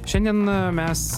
šiandien mes